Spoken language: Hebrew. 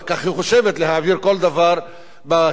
להעביר כל דבר בתקציב הבא,